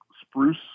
spruce